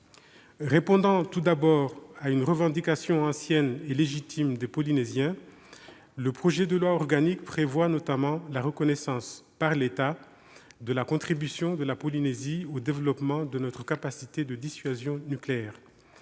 Répondant tout d'abord à une revendication ancienne et légitime des Polynésiens, le projet de loi organique prévoit notamment la reconnaissance, par l'État, de la contribution de la Polynésie au développement de notre capacité de dissuasion nucléaire.